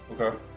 Okay